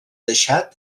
deixat